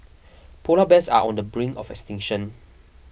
Polar Bears are on the brink of extinction